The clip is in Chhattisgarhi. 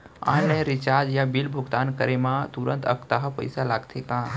ऑनलाइन रिचार्ज या बिल भुगतान करे मा तुरंत अक्तहा पइसा लागथे का?